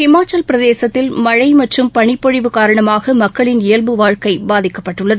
இமாச்சலப்பிரதேச மாநிலத்தில் மழை மற்றும் பனிப்பொழிவு காணரமாக மக்களின் இயல்பு வாழ்க்கை பாதிக்பப்ட்டுள்ளது